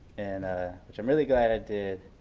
and ah which i'm really glad i did.